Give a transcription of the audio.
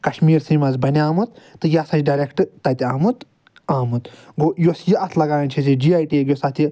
کَشمیٖرسٕے مَنٛز بَنیٛاومُت تہٕ یہِ ہَسا چھُ ڈایریٚکٹہٕ تَتہِ آمُت آمُت گوٚو یۄس یہِ اَتھ لَگان چھِ جی آے ٹیگ یۄس اَتھ یہِ